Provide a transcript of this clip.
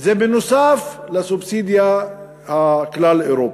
זה נוסף על הסובסידיה הכלל-אירופית.